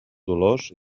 dolors